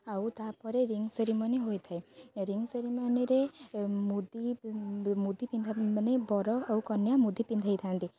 ଆଉ ତା'ପରେ ring ceremony ହୋଇଥାଏ ରିଙ୍ଗ୍ ସେରିମୋନିରେ ମୁଦି ମୁଦି ପିନ୍ଧା ମାନେ ବର ଆଉ କନ୍ୟା ମୁଦି ପିନ୍ଧେଇଥାନ୍ତି